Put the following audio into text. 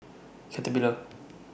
Caterpillar